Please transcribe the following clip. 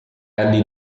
anni